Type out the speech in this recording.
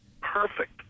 perfect